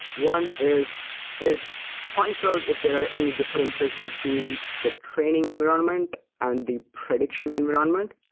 one is it points out if there are any differences between the training environment and the prediction environment.